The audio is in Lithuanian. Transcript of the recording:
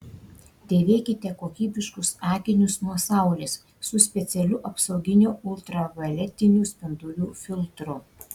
dėvėkite kokybiškus akinius nuo saulės su specialiu apsauginiu ultravioletinių spindulių filtru